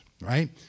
right